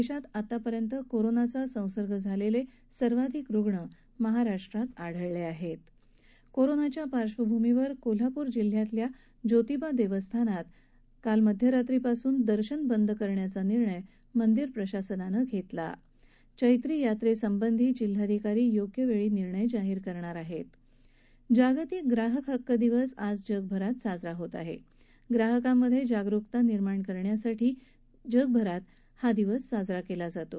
दश्वित आतापर्यंत कोरोनाचा संसर्ग झालप्रसिर्वाधिक रुग्ण महाराष्ट्रात आढळलआहप् कोरोनाचा पार्श्वभूमीवर कोल्हापूर जिल्ह्यातील जोतिबा दक्षिथानात मध्यरात्रीपासून दर्शन बंद करण्याचा निर्णय मंदिर प्रशासनानं घक्किा आहक चैत्र यात्रस्विधी जिल्हाधिकारी योग्य वर्छी निर्णय जाहीर करणार आहत्त जागतिक ग्राहक हक्क दिवस आज जगभरात साजरा होत आह आहकांमध्यज्ञागरूकता निर्माण करण्यासाठीच संपूर्ण जगात हा दिवस साजरा कला जातो